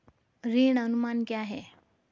ऋण अनुमान क्या है?